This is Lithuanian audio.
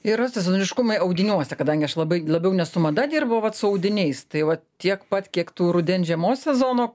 yra sezoniškumai audiniuose kadangi aš labai labiau ne su mada dirbu vat su audiniais tai vat tiek pat kiek tų rudens žiemos sezono